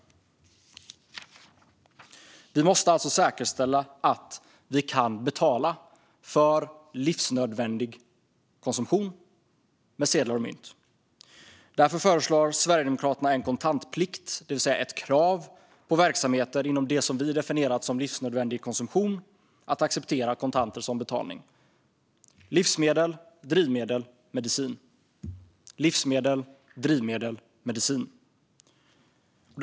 Vi måste alltså säkerställa att vi kan betala för livsnödvändig konsumtion med sedlar och mynt. Därför föreslår Sverigedemokraterna en kontantplikt, det vill säga ett krav på verksamheter inom det som vi definierat som livsnödvändig konsumtion att acceptera kontanter som betalning. Det handlar om livsmedel, drivmedel och medicin.